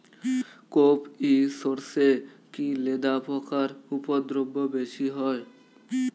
কোপ ই সরষে কি লেদা পোকার উপদ্রব বেশি হয়?